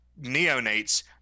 neonates